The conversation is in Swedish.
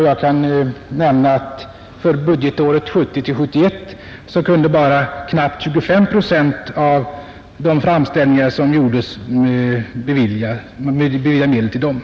Jag kan nämna att för budgetåret 1970/71 kunde medel bara beviljas till knappt 25 procent av de framställningar som gjorts.